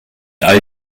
all